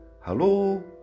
hello